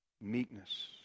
meekness